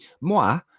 Moi